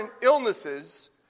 illnesses